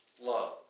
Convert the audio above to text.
love